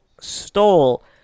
stole